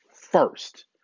first